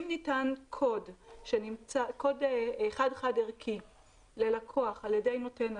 הכוונה היא שאם ניתן ללקוח קוד חד-חד-ערכי על ידי נותן אשראי,